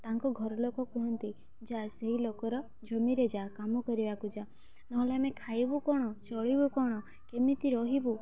ତାଙ୍କ ଘରଲୋକ କୁହନ୍ତି ଯା ସେଇ ଲୋକର ଜମିରେ ଯା କାମ କରିବାକୁ ଯା ନହେଲେ ଆମେ ଖାଇବୁ କ'ଣ ଚଳିବୁ କ'ଣ କେମିତି ରହିବୁ